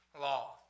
law